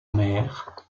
mère